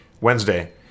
Wednesday